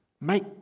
make